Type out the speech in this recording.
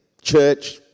church